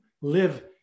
live